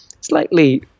slightly